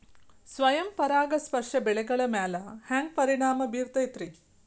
ಸ್ವಯಂ ಪರಾಗಸ್ಪರ್ಶ ಬೆಳೆಗಳ ಮ್ಯಾಲ ಹ್ಯಾಂಗ ಪರಿಣಾಮ ಬಿರ್ತೈತ್ರಿ?